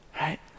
right